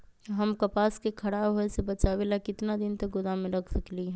हम कपास के खराब होए से बचाबे ला कितना दिन तक गोदाम में रख सकली ह?